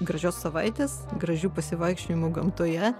gražios savaitės gražių pasivaikščiojimų gamtoje